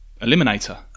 eliminator